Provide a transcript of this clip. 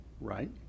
right